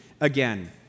again